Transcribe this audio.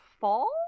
fall